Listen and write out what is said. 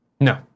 No